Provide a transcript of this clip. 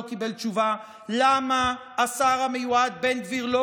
לא קיבל תשובה על השאלה למה השר המיועד בן גביר לא